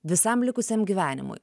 visam likusiam gyvenimui